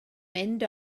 mynd